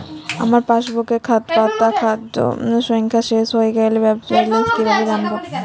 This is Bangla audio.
আমার পাসবুকের পাতা সংখ্যা শেষ হয়ে গেলে ব্যালেন্স কীভাবে জানব?